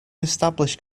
established